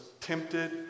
tempted